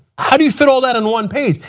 how do you fit all that on one page?